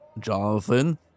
Jonathan